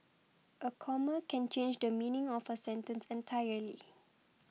a comma can change the meaning of a sentence entirely